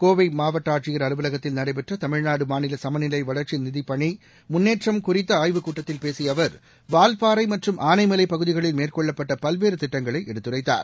கோவை மாவட்ட ஆட்சியர் அலுவலகத்தில் நடைபெற்ற தமிழ்நாடு மாநில சமநிலை வளர்ச்சி நிதி பணி முன்னேற்றம் குறித்த ஆய்வுக் கூட்டத்தில் பேசிய அவர் வாவ்பாறை மற்றம் ஆனைமலைப்பகுதிகளில் மேற்கொள்ளப்பட்ட பல்வேறு திட்டங்களை எடுத்துரைத்தார்